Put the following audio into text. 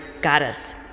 Goddess